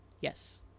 Yes